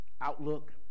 outlook